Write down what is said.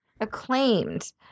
acclaimed